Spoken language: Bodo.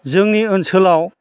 जोंनि ओनसोलाव